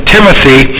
Timothy